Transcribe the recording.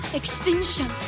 extinction